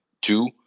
two